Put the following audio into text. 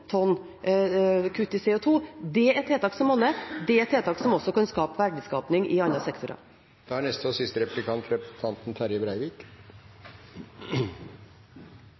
tonn kutt i CO 2 . Det er tiltak som monner. Det er tiltak som også kan skape verdiskaping i arbeidssektorer. Alle økonomar og organisasjonar, offentlege utval, ja til og med representanten